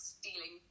stealing